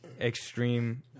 extreme